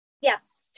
Yes